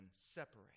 separate